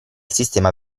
sistema